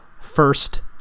first